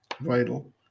vital